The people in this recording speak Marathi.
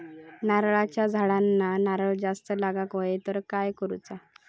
नारळाच्या झाडांना नारळ जास्त लागा व्हाये तर काय करूचा?